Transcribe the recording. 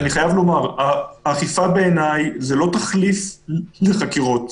אני חייב לומר: אכיפה בעיניי זה לא תחליף לחקירות.